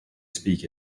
speak